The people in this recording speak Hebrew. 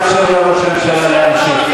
נא לאפשר לראש הממשלה להמשיך.